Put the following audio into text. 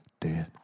dead